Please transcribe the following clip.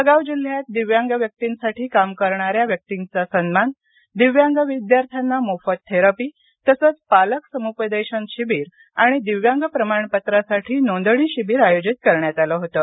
जळगाव जिल्ह्यात दिव्यांग व्यक्तींसाठी काम करणाऱ्या व्यक्तींचा सन्मान दिव्यांगविद्यार्थ्यांना मोफत थेरपी तसंच पालक समुपदेशन शिबीर आणि दिव्यांग प्रमाणपत्रासाठी नोंदणी शिबीर आयोजित करण्यात आलंहोतं